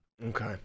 Okay